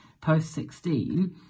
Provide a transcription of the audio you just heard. post-16